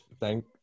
thank